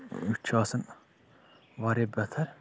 یہِ چھُ آسان واریاہ بہتر